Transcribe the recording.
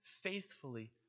faithfully